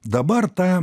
dabar tą